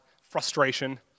frustration